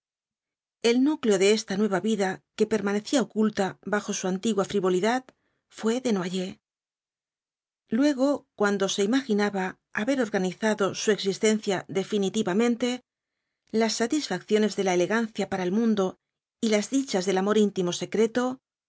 el núcleo de esta nueva vida que permanecía oculta bajo su antigua frivolidad fué desm yers luego cuando se imaginaba haber organizad su existencia definitivamente las satisfacciones de la elegancia para el mundo y las dichas del amor en íntimo secreto